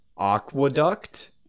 Aqueduct